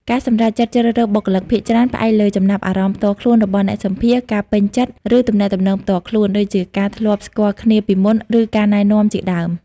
ការសម្រេចចិត្តជ្រើសរើសបុគ្គលិកភាគច្រើនផ្អែកលើចំណាប់អារម្មណ៍ផ្ទាល់ខ្លួនរបស់អ្នកសម្ភាសន៍ ការពេញចិត្ត ឬទំនាក់ទំនងផ្ទាល់ខ្លួន ដូចជាការធ្លាប់ស្គាល់គ្នាពីមុន ឬការណែនាំជាដើម។